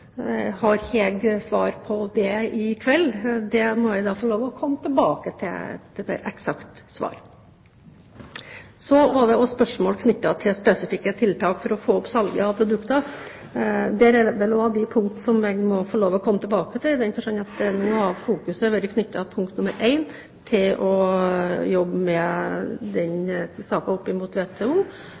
et eksakt svar på det. Så var det spørsmål knyttet til spesifikke tiltak for å få opp salget av produkter. Det er også noe av det som jeg må få lov til å komme tilbake til, i den forstand at nå har fokuset vært knyttet til – punkt nr. 1 – å jobbe med den saken opp mot WTO,